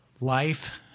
life